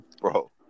Bro